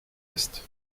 est